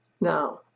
Now